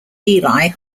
eli